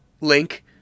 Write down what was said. link